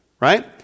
right